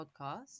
podcast